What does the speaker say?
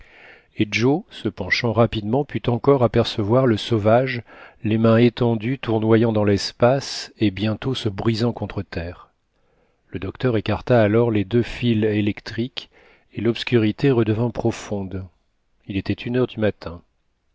et joe se penchant rapidement put encore apercevoir le sauvage les mains étendues tournoyant dans lespace et bientôt se brisant contre terre le docteur écarta alors les deux fils électriques et l'obscurité redevint profonde il était une heure du matin